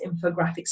infographics